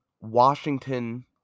Washington